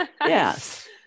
Yes